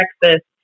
breakfast